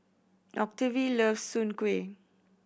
Octavie loves soon kway